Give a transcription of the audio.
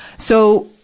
so,